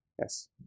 Yes